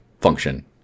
function